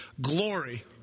glory